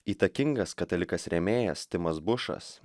įtakingas katalikas rėmėjas timas bušas